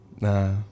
Nah